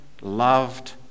loved